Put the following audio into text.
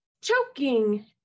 choking